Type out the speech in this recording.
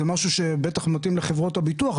זה משהו שבטח נותן לחברות הביטוח,